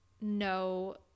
no